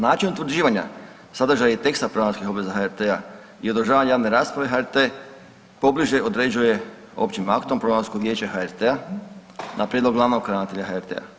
Način utvrđivanja sadržaja i teksta programskih obveza HRT-a i održavanje javne rasprave HRT pobliže određuje općim aktom programsko vijeće HRT-a na prijedlog glavnog ravnatelja HRT-a.